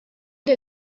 der